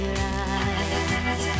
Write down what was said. rise